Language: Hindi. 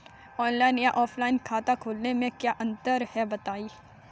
ऑनलाइन या ऑफलाइन खाता खोलने में क्या अंतर है बताएँ?